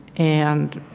and